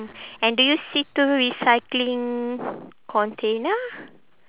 and do you see two recycling container